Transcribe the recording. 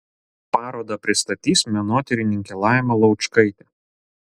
parodą pristatys menotyrininkė laima laučkaitė